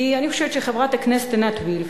כי אני חושבת, חברת הכנסת עינת וילף,